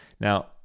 Now